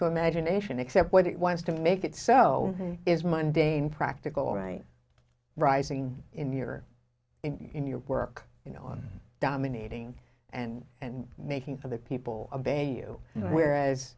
to imagination except what it wants to make it so is monday in practical all right rising in your in your work you know on dominating and and making other people abandon you whereas